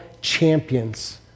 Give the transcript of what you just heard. champions